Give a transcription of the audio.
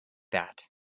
that